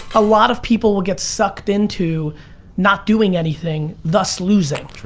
a lot of people will get sucked into not doing anything, thus losing. true.